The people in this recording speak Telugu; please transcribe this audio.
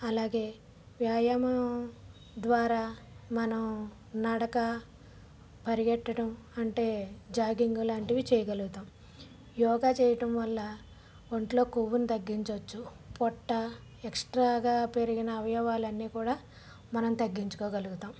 అలాగే వ్యాయామం ద్వారా మనం నడక పరిగెత్తడం అంటే జాగింగ్ ఇలాంటివి చేయగలుగుతాం యోగా చేయటం వల్ల ఒంట్లో కొవ్వుని తగ్గించవచ్చు పొట్ట ఎక్సట్రాగా పెరిగిన అవయవాలు అన్నీ కూడా మనం తగ్గించుకోగలుగుతాం